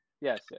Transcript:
yes